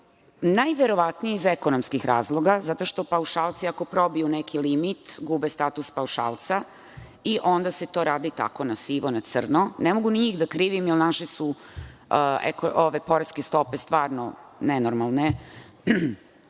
najverovatnije iz ekonomskih razloga, zato što paušalci ako probiju neki limit gube statut paušalca i onda se to radi tako na sivo, na crno. Ne mogu ni njih da krivim jer naše su poreske stope stvarno nenormalne,